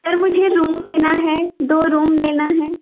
sir मुझे room लेना है दो रूम लेना है